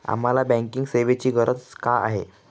आम्हाला बँकिंग सेवेची गरज का आहे?